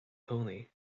pony